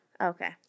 Okay